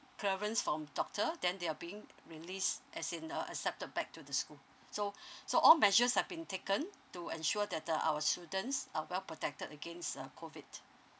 clearance from doctor then they are being released as in uh accepted back to the school so so all measures have been taken to ensure that uh our students are well protected against uh COVID